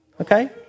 okay